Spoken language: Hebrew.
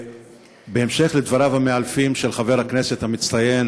בהמשך לדבריו המאלפים של חבר הכנסת המצטיין